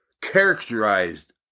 characterized